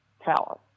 power